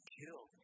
kill